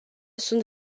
sunt